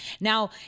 now